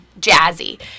jazzy